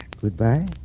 Goodbye